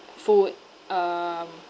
food um